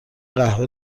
قهوه